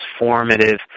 transformative